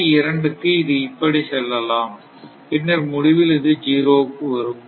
பகுதி 2 க்கு இது இப்படி செல்லலாம் பின்னர் முடிவில் இது 0 க்கு வரும்